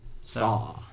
Saw